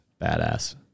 badass